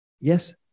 Yes